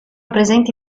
presenti